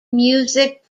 music